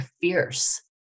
fierce